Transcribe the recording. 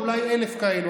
ואולי 1,000 כאלה,